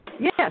Yes